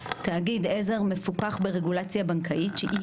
תאגיד עזר מפוקח ברגולציה בנקאית שהיא